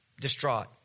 distraught